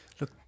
Look